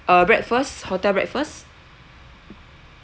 uh breakfast hotel breakfast